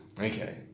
Okay